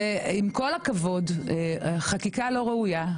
עם כל הכבוד זו חקיקה לא ראויה,